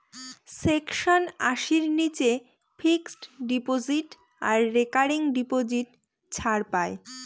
section আশির নীচে fixed deposit আর রেকারিং ডিপোজিট ছাড় পাই